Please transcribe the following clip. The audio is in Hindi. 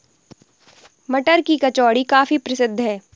मटर की कचौड़ी काफी प्रसिद्ध है